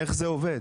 איך זה עובד?